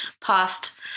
past